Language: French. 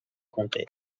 comté